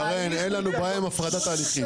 אין לנו בעיה עם הפרדה תהליכית.